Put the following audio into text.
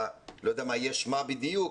לא יודע מה יהיה שְמה בדיוק,